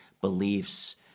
beliefs